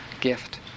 gift